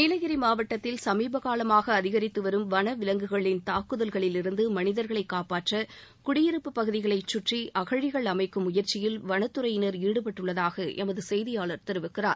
நீலகிரி மாவட்டத்தில் சமீபகாலமாக அதிகரித்து வரும் வனவிலங்குகளின் தாக்குதல்களிலிருந்து மனிதர்களை காப்பாற்ற குடியிருப்பு பகுதிகளைச் சுற்றி அகழிகள் அமைக்கும் முயற்சியில் வனத்துறையினர் ஈடுபட்டுள்ளதாக எமது செய்தியாளர் தெரிவிக்கிறார்